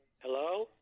Hello